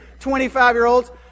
25-year-olds